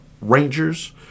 Rangers